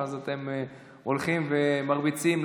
ואז אתם הולכים ומרביצים,